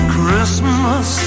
Christmas